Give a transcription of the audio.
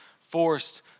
forced